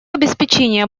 обеспечения